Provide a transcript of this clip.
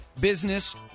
Business